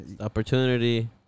opportunity